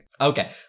Okay